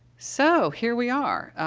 so, here we are. ah,